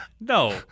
no